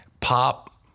pop